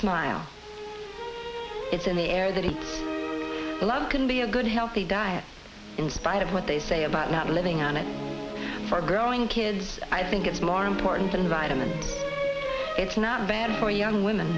it's in the air that he loves can be a good healthy diet in spite of what they say about not living on it for growing kids i think it's more important than vitamin it's not bad for young women